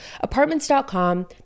Apartments.com